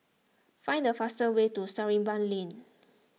find the fastest way to Sarimbun Lane